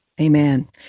Amen